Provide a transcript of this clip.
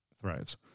thrives